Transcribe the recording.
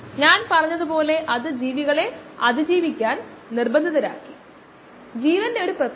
ഇപ്പോൾ ഞാൻ ആദ്യത്തെ പ്രാക്ടീസ് പ്രശ്നം അവതരിപ്പിക്കാൻ പോകുന്നു